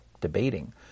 debating